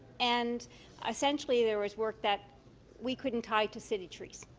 and essentially there was work that we couldn't tie to city trees.